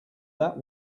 that